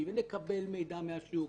אם מומשה ערבות ובגלל אותה ערבות,